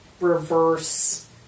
reverse